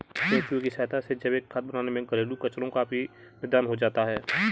केंचुए की सहायता से जैविक खाद बनाने में घरेलू कचरो का भी निदान हो जाता है